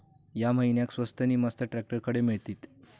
या महिन्याक स्वस्त नी मस्त ट्रॅक्टर खडे मिळतीत?